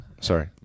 Sorry